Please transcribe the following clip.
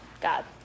God